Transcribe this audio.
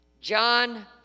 John